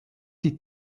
die